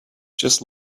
just